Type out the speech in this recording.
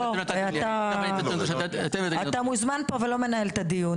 אתה מוזמן לכאן ולא מנהל את הדיון.